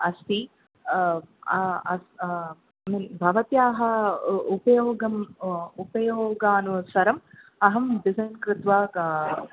अस्ति अस् म् भवत्याः उ उपयोगम् उ उपयोगानुसारम् अहं डिसै़न् कृत्वा का